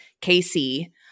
Casey